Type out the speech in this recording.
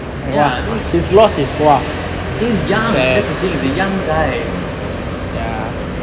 ya he's young that's the thing you see young guy